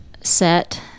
set